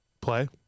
play